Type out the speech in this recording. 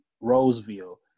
Roseville